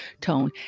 tone